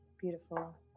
Beautiful